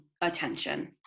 attention